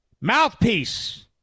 mouthpiece